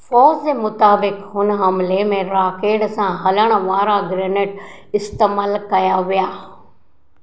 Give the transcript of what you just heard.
फ़ौज जे मुताबिक़ हुन हमिले में राकेॾ सां हलण वारा ग्रेनेड इस्तेमालु कयां विया